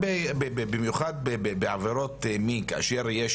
במיוחד בעבירות מין, כאשר יש